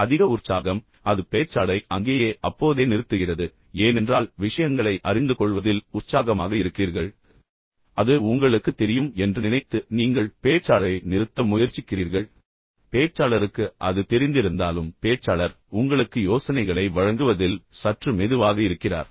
அதிக உற்சாகம் அது பேச்சாளரை அங்கேயே அப்போதே நிறுத்துகிறது ஏனென்றால் நீங்கள் விஷயங்களை அறிந்து கொள்வதில் அதிக உற்சாகமாக இருக்கிறீர்கள் அது உங்களுக்குத் தெரியும் என்று நீங்கள் நினைக்கிறீர்கள் பின்னர் நீங்கள் பேச்சாளரை நிறுத்த முயற்சிக்கிறீர்கள் பேச்சாளருக்கு அது தெரிந்திருந்தாலும் பேச்சாளர் உங்களுக்கு யோசனைகளை வழங்குவதில் சற்று மெதுவாக இருக்கிறார்